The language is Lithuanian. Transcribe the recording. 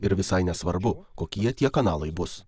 ir visai nesvarbu kokie tie kanalai bus